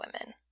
women